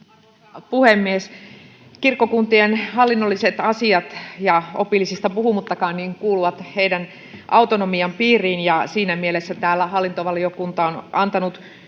Arvoisa puhemies! Kirkkokuntien hallinnolliset asiat, opillisista puhumattakaan, kuuluvat niiden autonomian piiriin, ja täällä hallintovaliokunta on antanut